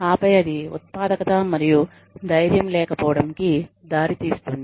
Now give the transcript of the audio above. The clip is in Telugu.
ఆపై అది ఉత్పాదకత మరియు దైర్యం లేకపోవడం కి దారి తీస్తుంది